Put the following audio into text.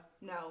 no